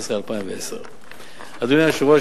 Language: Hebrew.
בדצמבר 2010. אדוני היושב-ראש,